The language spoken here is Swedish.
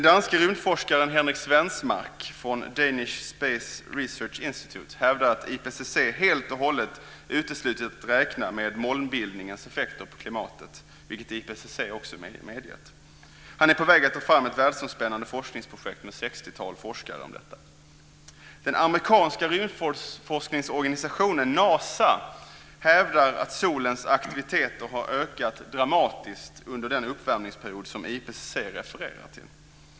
Danish Space Research Institute hävdar att IPCC helt och hållet har bortsett från att räkna med molnbildningens effekter på klimatet, vilket IPCC också har medgett. Han håller på med ett världsomspännande forskningsprojekt om detta tillsammans med ett 60-tal forskare. NASA hävdar att solens aktiviteter har ökat dramatiskt under den uppvärmningsperiod som IPCC refererar till.